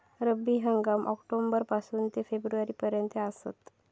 रब्बी हंगाम ऑक्टोबर पासून ते फेब्रुवारी पर्यंत आसात